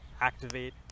activate